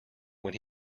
when